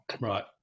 Right